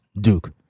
Duke